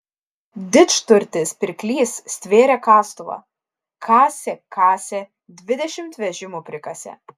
didžturtis pirklys stvėrė kastuvą kasė kasė dvidešimt vežimų prikasė